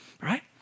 Right